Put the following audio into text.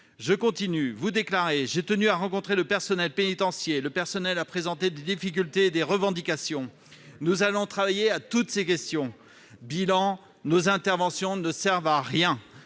en disant :« J'ai tenu à rencontrer le personnel pénitentiaire. Le personnel a présenté des difficultés et des revendications. Nous allons travailler à toutes ces questions. » Bilan : nos interventions ne servent à rien,